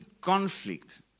conflict